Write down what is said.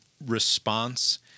response